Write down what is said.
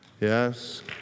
Yes